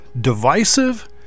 divisive